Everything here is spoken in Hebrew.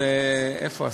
אני רואה.